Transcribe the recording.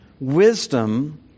Wisdom